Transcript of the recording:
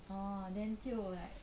orh then 就来